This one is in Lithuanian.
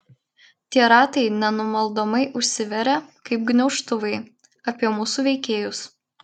tie ratai nenumaldomai užsiveria kaip gniaužtuvai apie mūsų veikėjus